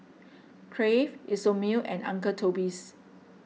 Crave Isomil and Uncle Toby's